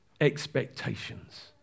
expectations